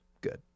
Good